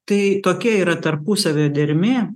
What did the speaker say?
tai tokia yra tarpusavio dermė